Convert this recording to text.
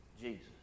Jesus